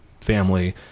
family